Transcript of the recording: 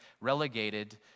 relegated